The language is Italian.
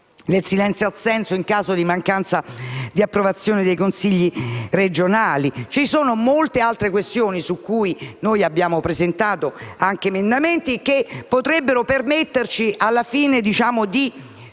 del silenzio-assenso in caso di mancanza di approvazione dei consigli regionali. Ci sono poi molte altre questioni, sulle quali noi abbiamo presentato anche emendamenti che potrebbero permetterci, alla fine, di sistemare